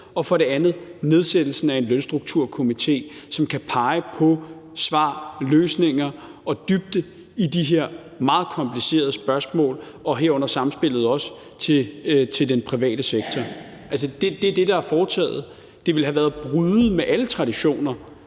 drejer det sig om nedsættelsen af en lønstrukturkomité, som kan pege på svar, løsninger og dybde i de her meget komplicerede spørgsmål, herunder samspillet også til den private sektor. Det er det, der er foretaget. Det ville have været at bryde med alle traditioner